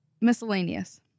miscellaneous